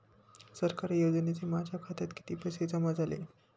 सरकारी योजनेचे माझ्या खात्यात किती पैसे जमा झाले?